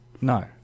No